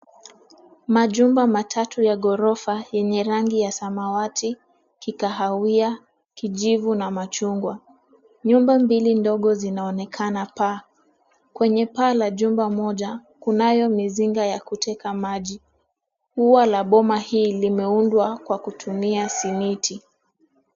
Majumba matatu ya gorofa yenye rangi ya samawati, kikahawia, kijivu na machungwa. Nyumba mbili ndogo zinaonekana paa. Kwenye paa la jumba moja kunayo mizinga ya kuteka maji. Ua la boma hii limeundwa kwa kutumia saruji.